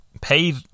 pay